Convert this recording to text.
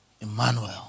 Emmanuel